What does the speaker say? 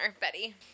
Betty